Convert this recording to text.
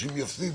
אנשים יפסידו.